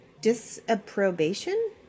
Disapprobation